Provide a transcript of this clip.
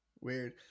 Weird